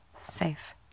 safe